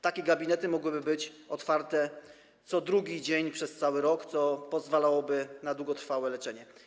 Takie gabinety mogłyby być otwarte co drugi dzień przez cały rok, co pozwalałoby na długotrwałe leczenie.